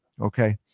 Okay